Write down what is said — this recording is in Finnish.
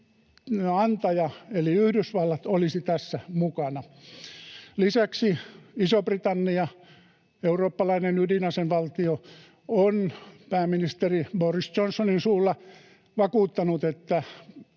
antaja eli Yhdysvallat, olisi tässä mukana. Lisäksi Iso-Britannia, eurooppalainen ydinasevaltio, on pääministeri Boris Johnsonin suulla vakuuttanut, että